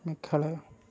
Meghalaya